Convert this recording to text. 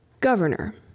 Governor